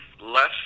less